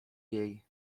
jej